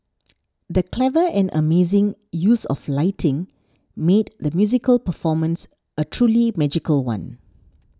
the clever and amazing use of lighting made the musical performance a truly magical one